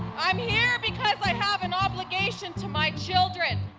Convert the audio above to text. i'm here because i have an obligation to my children,